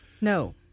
No